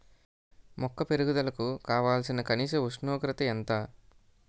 మొక్క పెరుగుదలకు కావాల్సిన కనీస ఉష్ణోగ్రత ఎంత?